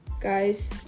guys